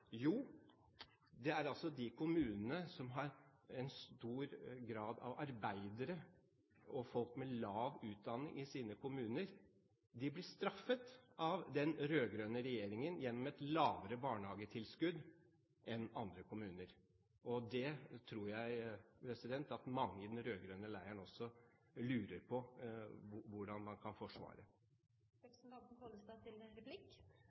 Jo, de kommunene som har en stor grad av arbeidere og folk med lav utdanning i sine kommuner, blir straffet av den rød-grønne regjeringen gjennom et lavere barnehagetilskudd enn andre kommuner. Det tror jeg at også mange i den rød-grønne leiren lurer på hvordan man kan